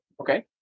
Okay